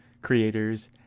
creators